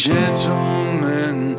Gentlemen